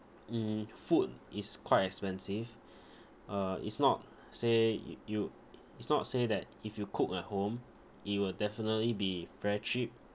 um food is quite expensive uh is not say you you it's not say that if you cook at home it will definitely be very cheap